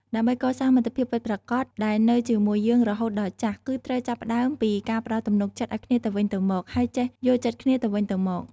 ដើម្បីកសាងមិត្តភាពពិតប្រាកដដែលនៅជាមួយយើងរហូតដល់ចាស់ គឺត្រូវចាប់ផ្ដើមពីការផ្តល់ទំនុកចិត្តឱ្យគ្នាទៅវិញទៅមក ហើយចេះយល់ចិត្តគ្នាទៅវិញទៅមក។